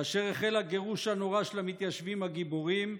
כאשר החל הגירוש הנורא של המתיישבים הגיבורים,